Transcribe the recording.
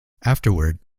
afterward